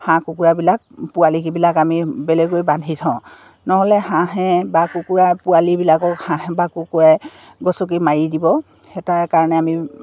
হাঁহ কুকুৰাবিলাক পোৱালিবিলাক আমি বেলেগে বান্ধি থওঁ নহ'লে হাঁহে বা কুকুৰা পোৱালিবিলাকক হাঁহ বা কুকুৰা গছকি মাৰি দিব সেই তাৰ কাৰণে আমি